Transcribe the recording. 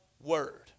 word